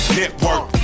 network